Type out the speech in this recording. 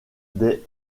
des